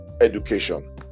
education